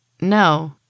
No